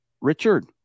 Richard